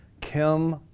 Kim